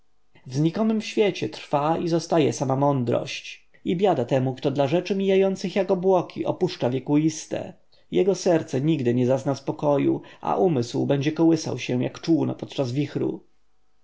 znikomym świecie trwa i zostaje sama tylko mądrość i biada temu kto dla rzeczy mijających jak obłoki opuszcza wiekuiste jego serce nigdy nie zazna spokoju a umysł będzie kołysał się jak czółno podczas wichru